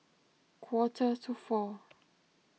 quarter to four